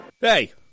Hey